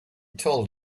told